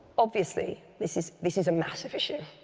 obviously this is this is a massive issue,